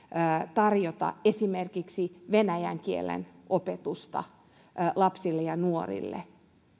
tarjota esimerkiksi venäjän kielen opetusta lapsille ja nuorille